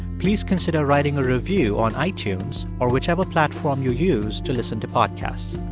please consider writing a review on itunes or whichever platform you use to listen to podcasts.